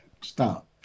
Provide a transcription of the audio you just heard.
Stop